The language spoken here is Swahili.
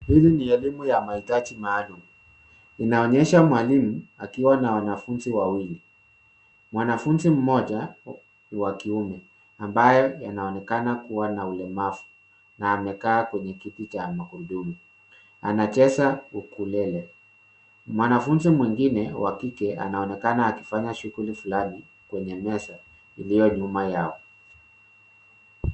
Hii ni elimu ya mahitaji maalum, inaonyesha mwalimu akiwa na wanafunzi wawili. Mwanafunzi mmoja wa kiume ambaye anaonekana kua na ulemavu na amekaa kwenye kiti cha magurudumu, anacheza ukulele. Mwanafunzi mwingine wa kike anaonekana akifanya shuguli fulani kwenye meza iliyo nyuma yao.